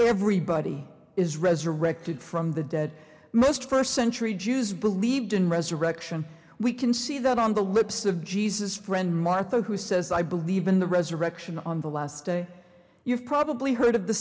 everybody is resurrected from the dead most first century jews believed in resurrection we can see that on the lips of jesus friend martha who says i believe in the resurrection on the last day you've probably heard of the